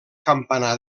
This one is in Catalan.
campanar